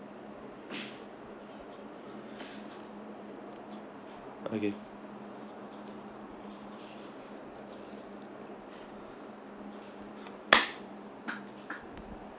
okay